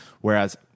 whereas –